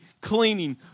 cleaning